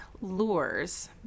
lures